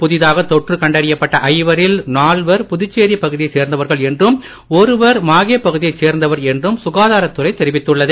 புதிதாக தொற்று கண்டறியப்பட்ட ஐவரில் நால்வர் புதுச்சேரி பகுதியைச் சேர்ந்தவர்கள் என்றும் ஒருவர் மாகே பகுதியைச் சேர்ந்தவர்கள் என்றும் சுகாதாரத் துறை தெரிவித்துள்ளது